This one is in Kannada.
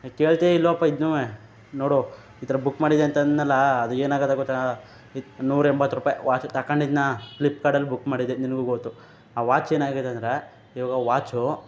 ಕೇಳ್ತಿಯಾ ಇಲ್ವಪ್ಪ ಇದ್ನುವೇ ನೊಡು ಈ ಥರ ಬುಕ್ ಮಾಡಿದೆ ಅಂತ ಅಂದ್ನಲ್ಲಾ ಅದು ಏನಾಗಿದೆ ಗೊತ್ತಾ ಇದು ನೂರೆಂಬತ್ತು ರೂಪಾಯಿ ವಾಚ್ ತಗೊಂಡಿದ್ನಾ ಫ್ಲಿಪ್ಕಾರ್ಟಲ್ಲಿ ಬುಕ್ ಮಾಡಿದ್ದೆ ನಿನಗು ಗೊತ್ತು ಆ ವಾಚ್ ಏನಾಗಿದೆ ಅಂದರೆ ಇವಾಗ ವಾಚು